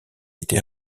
été